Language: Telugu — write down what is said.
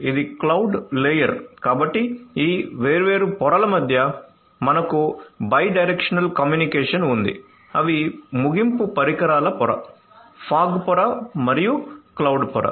ఇది క్లౌడ్ లేయర్ కాబట్టి ఈ వేర్వేరు పొరల మధ్య మనకు బై డైరెక్షనల్ కమ్యూనికేషన్ ఉంది అవి ముగింపు పరికరాల పొర ఫాగ్ పొర మరియు క్లౌడ్ పొర